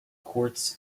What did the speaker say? quartz